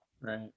Right